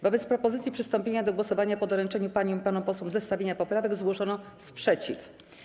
Wobec propozycji przystąpienia do głosowania po doręczeniu paniom i panom zestawienia poprawek zgłoszono sprzeciw.